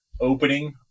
opening